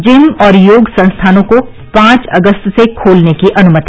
gym और योग संस्थानों को पांच अगस्त से खोलने की अनुमति